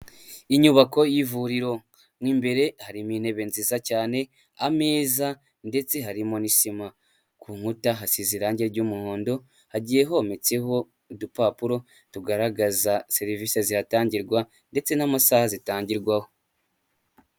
Inyubako y'ivuriro n'imbere hari intebe nziza cyane, ameza ndetse harimo ni sima, ku nkuta hasize irangi ry'umuhondo hagiye hometseho udupapuro tugaragaza serivisi zihatangirwa ndetse n'amasaha zitangirwaho.